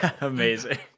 amazing